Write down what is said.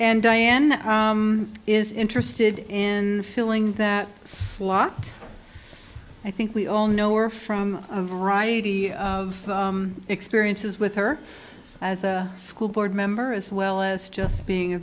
and diane is interested in filling that slot i think we all know her from a variety of experiences with her as a school board member as well as just being a